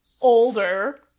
older